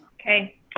Okay